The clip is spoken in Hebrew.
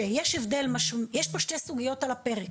שיש פה שתי סוגיות על הפרק,